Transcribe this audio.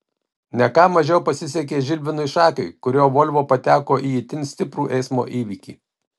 ne ką mažiau pasisekė žilvinui šakiui kurio volvo pateko į itin stiprų eismo įvykį